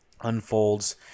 Unfolds